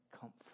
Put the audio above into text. comfort